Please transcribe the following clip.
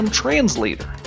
translator